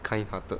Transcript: kind hearted